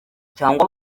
cyangwa